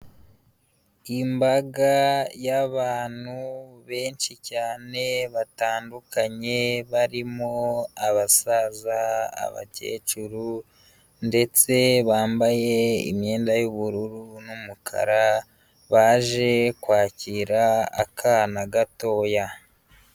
Imbaga y'abantu benshi cyane batandukanye barimo: abasaza, abakecuru ndetse bambaye imyenda y'ubururu n'umukara baje kwakira akana gatoya.